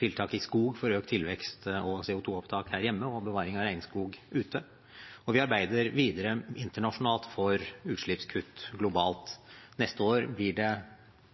tiltak i skog for økt tilvekst og CO 2 -opptak her hjemme og bevaring av regnskog ute, og vi arbeider videre internasjonalt for utslippskutt globalt. Neste år blir